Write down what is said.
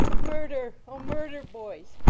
murder! oh, murder, boys!